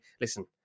Listen